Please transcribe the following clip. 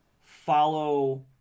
follow